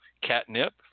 catnip